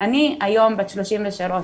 אני היום בת 33,